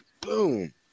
boom